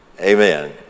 Amen